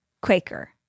Quaker